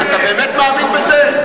אתה באמת מאמין בזה?